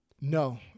No